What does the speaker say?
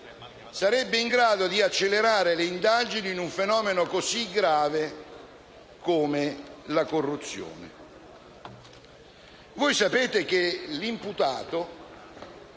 sarebbe in grado di accelerare le indagini rispetto ad un fenomeno grave come la corruzione.